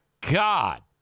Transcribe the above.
God